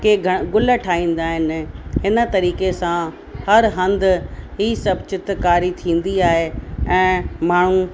कंहिं गण गुल ठाहींदा आहिनि हिन तरीक़े सां हर हंधु ही सभु चित्रकारी थींदी आहे ऐं माण्हू